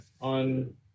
on